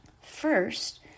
First